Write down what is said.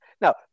now